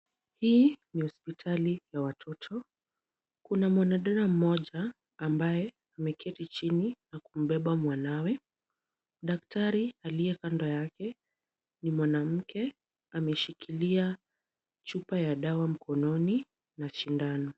Hii ni hospitali ya watoto. Kuna mwanadada mmoja ambaye ameketi chini na kumbeba mwanawe. Daktari aliye kando yake ni mwanamke, ameshikilia chupa ya dawa mkononi na sindano.